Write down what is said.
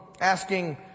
asking